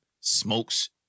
smokes